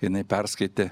jinai perskaitė